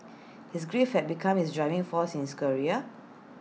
his grief had become his driving for since career